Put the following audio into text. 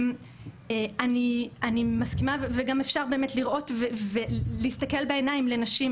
גם אפשר באמת לראות ולהסתכל בעיניים לנשים,